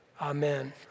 Amen